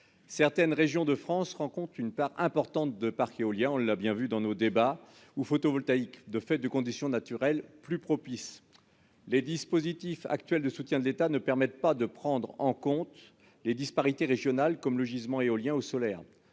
Certaines régions de France concentrent une part importante des parcs éoliens- nous l'avons bien vu au cours de nos débats -ou photovoltaïques, du fait de conditions naturelles plus propices. Les dispositifs actuels de soutien de l'État ne permettent pas de prendre en compte les disparités régionales, comme le gisement éolien ou solaire.